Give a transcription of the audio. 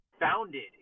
founded